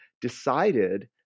decided